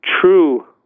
true